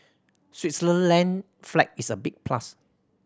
Switzerland flag is a big plus